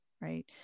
right